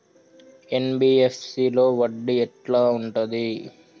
NBFC లో వడ్డీ ఎట్లా ఉంటది?